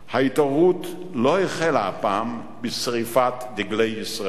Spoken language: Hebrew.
ההתעוררות לא החלה הפעם בשרפת דגלי ישראל.